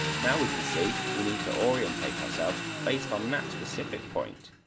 now we can see, we need to orientate ourselves based on that specific point.